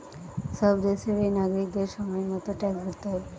সব দেশেরই নাগরিকদের সময় মতো ট্যাক্স ভরতে হয়